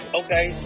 okay